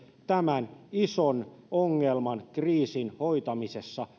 tämän ison ongelman kriisin hoitamisessa